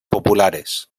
populares